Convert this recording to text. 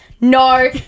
No